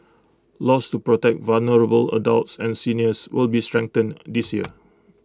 laws to protect vulnerable adults and seniors will be strengthened this year